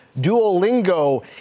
Duolingo